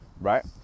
right